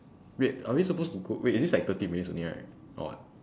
wait are we supposed to go wait is this like thirty minutes only right or what